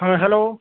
হ্যাঁ হ্যালো